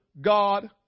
God